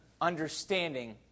understanding